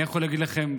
אני יכול להגיד לכם,